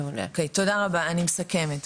מעולה תודה רבה, אני מסכמת.